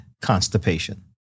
constipation